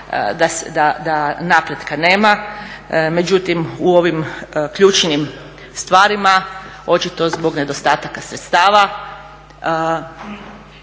da napretka nema, međutim u ovim ključnim stvarima očito zbog nedostataka sredstava